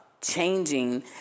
changing